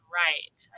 right